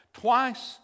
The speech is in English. twice